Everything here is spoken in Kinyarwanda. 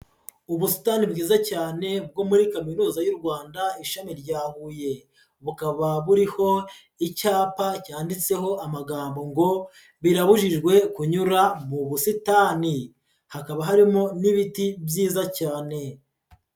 Ubusitani bwiza cyane bwo muri Kaminuza y'u Rwanda ishami rya Huye, bukaba buriho icyapa cyanditseho amagambo ngo birabujijwe kunyura mu busitani, hakaba harimo n'ibiti byiza cyane.